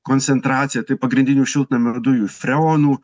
koncentracija tai pagrindinių šiltnamio dujų freonų